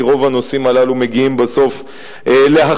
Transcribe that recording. כי רוב הנושאים הללו מגיעים בסוף להכרעתו.